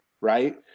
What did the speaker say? right